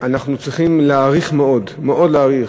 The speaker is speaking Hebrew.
אנחנו צריכים להעריך מאוד, מאוד להעריך,